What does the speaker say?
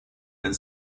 and